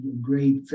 great